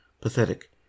Pathetic